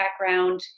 background